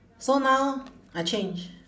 so now I change